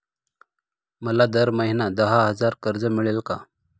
मला दर महिना दहा हजार कर्ज मिळेल का?